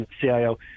CIO